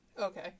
Okay